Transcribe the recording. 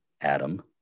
Adam